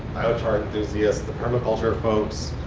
biochart enthusiasts, the permaculture folks,